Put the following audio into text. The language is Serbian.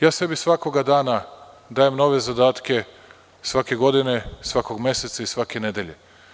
Ja sebi svakoga dana dajem nove zadatke, svake godine, svakog meseca i svake nedelje.